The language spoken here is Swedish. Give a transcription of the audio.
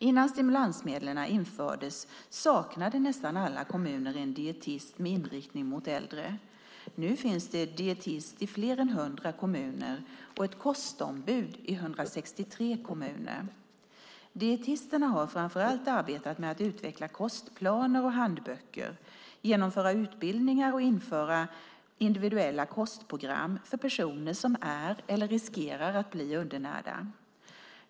Innan stimulansmedlen infördes saknade nästan alla kommuner en dietist med inriktning mot äldre. Nu finns det dietist i fler än 100 kommuner och ett kostombud i 163 kommuner. Dietisterna har framför allt arbetat med att utveckla kostplaner och handböcker och genomföra utbildningar och införa individuella kostprogram för personer som är eller riskerar att bli undernärda.